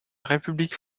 république